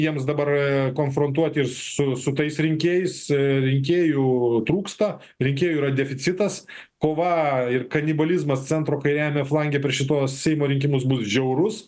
jiems dabar konfrontuoti su su tais rinkėjais rinkėjų trūksta rinkėjų yra deficitas kova ir kanibalizmas centro kairiajame flange per šito seimo rinkimus bus žiaurus